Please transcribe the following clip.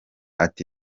ati